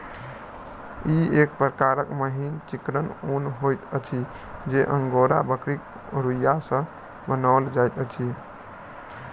ई एक प्रकारक मिहीन चिक्कन ऊन होइत अछि जे अंगोरा बकरीक रोंइया सॅ बनाओल जाइत अछि